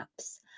apps